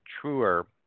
truer